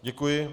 Děkuji.